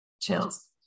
Chills